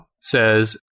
says